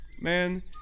man